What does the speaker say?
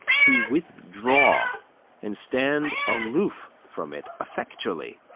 to withdraw and stand aloof from it effectually.